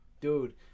Dude